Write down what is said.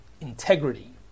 integrity